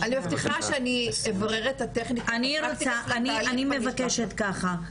מבטיחה שאני אברר את הטכניקה של התהליך ואני --- אני מבקשת ככה,